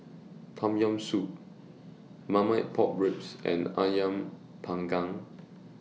Tom Yam Soup Marmite Pork Ribs and Ayam Panggang